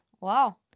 wow